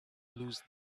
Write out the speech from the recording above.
lose